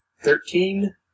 Thirteen